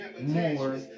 more